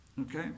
Okay